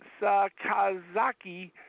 Sakazaki